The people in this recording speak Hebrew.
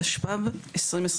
התשפ"ב 2022